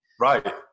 Right